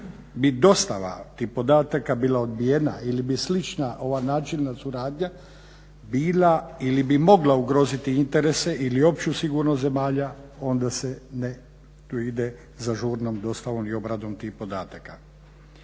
bi dostava tih podataka bila odbijena ili bi slična ova načelna suradnja bila ili bi mogla ugroziti interese ili opću sigurnost zemalja onda se ne to ide za žurnom dostavom i obradom tih podataka.